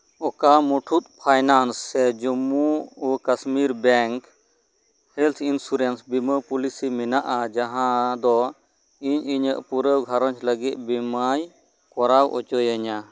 ᱚᱠᱟ ᱢᱩᱴᱷᱩᱴ ᱯᱷᱟᱭᱱᱟᱱᱥ ᱥᱮ ᱡᱚᱢᱢᱩ ᱳ ᱠᱟᱥᱢᱤᱨ ᱵᱮᱝᱠ ᱦᱮᱞᱛᱷ ᱤᱱᱥᱩᱨᱮᱱᱥ ᱵᱤᱢᱟ ᱯᱚᱞᱤᱥᱤ ᱢᱮᱱᱟᱜᱼᱟ ᱡᱟᱦᱟᱸ ᱫᱚ ᱤᱧ ᱤᱧᱟᱹᱜ ᱯᱩᱨᱟᱹᱣ ᱜᱷᱟᱨᱚᱸᱧᱡᱽ ᱞᱟᱹᱜᱤᱫ ᱵᱤᱢᱟᱭ ᱠᱚᱨᱟᱣ ᱚᱪᱚᱭᱮᱧᱟ